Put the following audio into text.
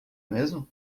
mesmo